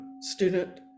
student